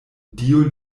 dio